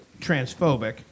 transphobic